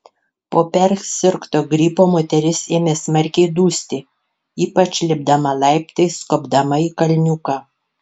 po persirgto gripo moteris ėmė smarkiai dusti ypač lipdama laiptais kopdama į kalniuką